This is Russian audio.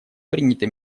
приняты